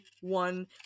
one